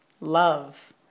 love